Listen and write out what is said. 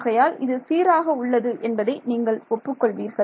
ஆகையால் இது சீராக உள்ளது என்பதை நீங்கள் ஒப்புக் கொள்வீர்கள்